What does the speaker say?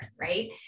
right